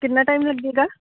ਕਿੰਨਾ ਟਾਈਮ ਲੱਗਗਾ